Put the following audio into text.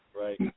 Right